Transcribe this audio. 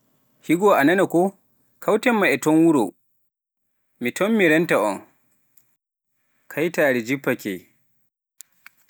Higo a nana koo, kawten ma e ton wuro, mi tommi renta on, kaytaari jippake.